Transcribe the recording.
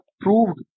proved